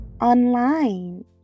online